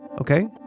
okay